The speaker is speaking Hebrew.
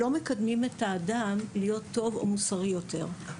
לא מקדמים את האדם להיות טוב או מוסרי יותר.